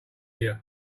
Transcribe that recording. you